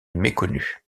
méconnue